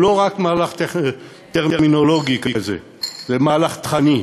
זה לא רק מהלך טרמינולוגי כזה, זה מהלך תוכני.